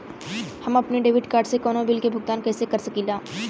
हम अपने debit card से कउनो बिल के भुगतान कइसे कर सकीला?